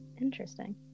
interesting